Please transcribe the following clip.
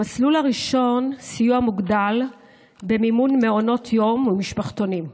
המסלול הראשון סיוע מוגדל במימון מעונות יום ומשפחתונים,